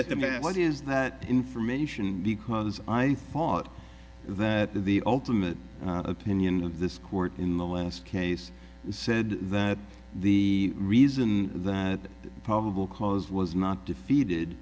that there was is that information because i thought that the ultimate opinion of this court in the last case said that the reason that probable cause was not defeated